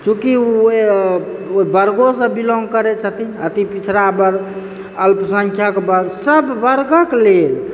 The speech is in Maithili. चूँकि ओ ओहि वर्गोंसँ बिलॉन्ग करैत छथिन अतिपिछड़ा बर्ग अल्पसंख्यक वर्गसभ वर्गक लेल